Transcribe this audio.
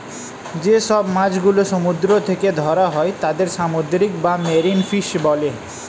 যে সব মাছ গুলো সমুদ্র থেকে ধরা হয় তাদের সামুদ্রিক বা মেরিন ফিশ বলে